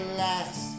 last